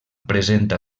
presenta